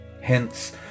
Hence